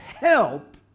help